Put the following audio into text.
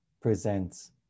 presents